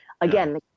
again